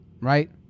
right